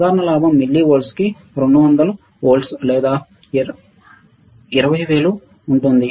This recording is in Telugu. సాధారణ లాభం మిల్లీ వాట్స్ కీ 200 వోల్ట్లు లేదా 200000 ఉంటుంది